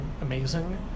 amazing